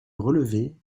relevait